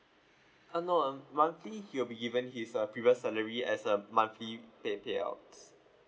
uh no uh monthly he'll be given his uh previous salary as a monthly pay payouts